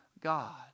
God